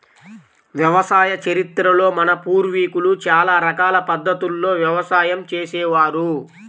వ్యవసాయ చరిత్రలో మన పూర్వీకులు చాలా రకాల పద్ధతుల్లో వ్యవసాయం చేసే వారు